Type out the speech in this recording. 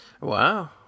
wow